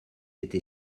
été